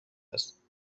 است